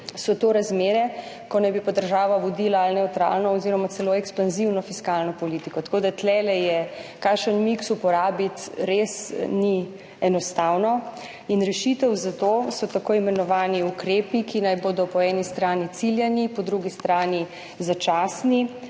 so to razmere, ko naj bi pa država vodila nevtralno oziroma celo ekspanzivno fiskalno politiko. Tako da tule to, kakšen miks uporabiti, res ni enostavno. Rešitev za to so tako imenovani ukrepi, ki naj bodo po eni strani ciljani, po drugi strani začasni,